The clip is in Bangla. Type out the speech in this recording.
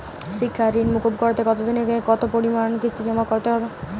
শিক্ষার ঋণ মুকুব করতে কতোদিনে ও কতো পরিমাণে কিস্তি জমা করতে হবে?